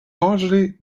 largely